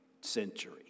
century